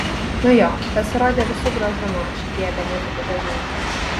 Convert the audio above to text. nu jo pasirodė visu gražumu šitie benefitų gavėjai